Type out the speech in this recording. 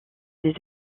des